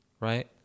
right